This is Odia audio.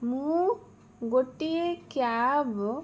ମୁଁ ଗୋଟିଏ କ୍ୟାବ